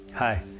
Hi